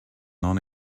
non